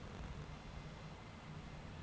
যে ছব টাকা ধার লিঁয়ে সুদ হ্যয়